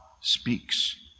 speaks